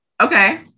Okay